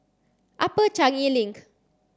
Upper Changi Link